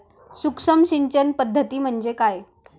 सूक्ष्म सिंचन पद्धती म्हणजे काय?